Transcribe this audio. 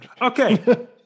Okay